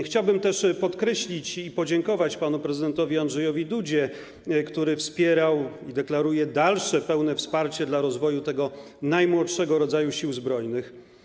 Chciałbym też - podkreślam - podziękować panu prezydentowi Andrzejowi Dudzie, który wspierał - i deklaruje dalsze pełne jego wsparcie - rozwój najmłodszego rodzaju Sił Zbrojnych.